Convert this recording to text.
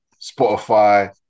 Spotify